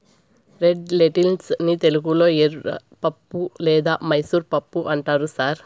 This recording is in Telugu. రెడ్ లెన్టిల్స్ ని తెలుగులో ఎర్రపప్పు లేదా మైసూర్ పప్పు అంటారు సార్